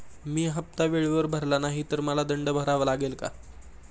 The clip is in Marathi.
मी हफ्ता वेळेवर भरला नाही तर मला दंड भरावा लागेल का?